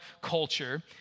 culture